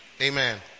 Amen